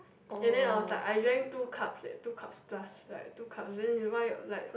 and then I was like I drank two cups leh two cups plus like two cups then why you like